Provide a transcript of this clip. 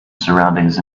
surroundings